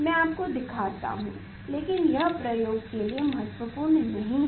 मैं आपको दिखाता हूँ लेकिन यह प्रयोग के लिए महत्वपूर्ण नहीं है